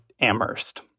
Amherst